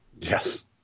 Yes